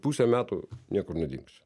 pusę metų niekur nedingsi